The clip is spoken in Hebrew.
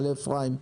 מעלה אפרים,